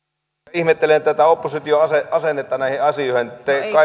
ihmettelen tätä opposition asennetta näihin asioihin te